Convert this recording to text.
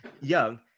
young